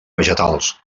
vegetals